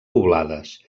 poblades